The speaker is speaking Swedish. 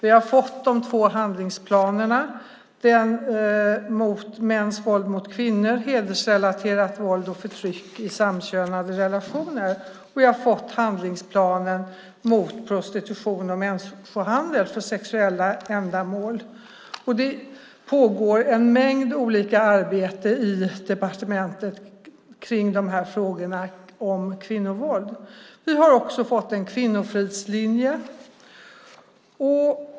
Vi har fått de två handlingsplanerna, den mot mäns våld mot kvinnor, hedersrelaterat våld och förtryck samt våld i samkönade relationer och den mot prostitution och människohandel för sexuella ändamål. Det pågår en mängd olika arbeten i departementet kring frågorna om kvinnovåld. Vi har också fått en kvinnofridslinje.